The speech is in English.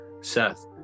Seth